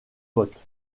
vote